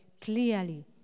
Clearly